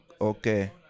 okay